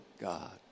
God